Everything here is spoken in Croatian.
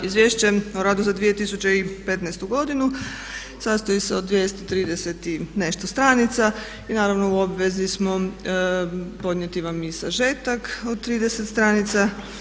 Izvješće o radu za 2015. godinu sastoji se od 230 i nešto stranica i naravno u obvezi smo podnijeti vam i sažetak od 30 stranica.